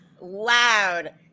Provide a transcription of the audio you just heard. loud